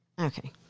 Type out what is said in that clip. Okay